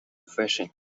refreshing